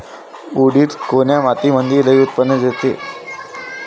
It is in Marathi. उडीद कोन्या मातीमंदी लई उत्पन्न देते?